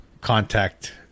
contact